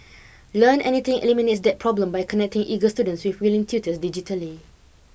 learn anything eliminates that problem by connecting eager students with willing tutors digitally